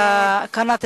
הנאום.